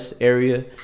area